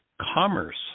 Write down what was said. commerce